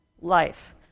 life